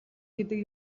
гэдэг